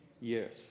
years